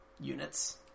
units